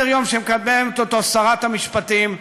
סדר-יום שמקדמים אותו שרת המשפטים,